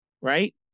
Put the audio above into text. right